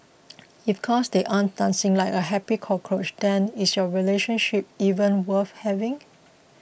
if cause they aren't dancing like a happy cockroach then is your relationship even worth having